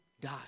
die